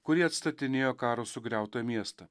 kurie atstatinėjo karo sugriautą miestą